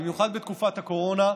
במיוחד בתקופת הקורונה,